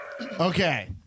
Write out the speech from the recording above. Okay